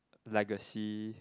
legacy